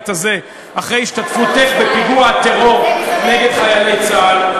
הזה אחרי השתתפותך בפיגוע הטרור נגד חיילי צה"ל,